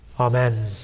Amen